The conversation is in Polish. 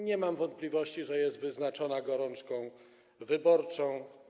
Nie mam wątpliwości, że jest ona wyznaczona gorączką wyborczą.